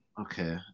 Okay